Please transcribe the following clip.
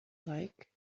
like